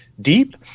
deep